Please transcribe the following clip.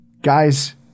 guys